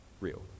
real